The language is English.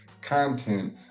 content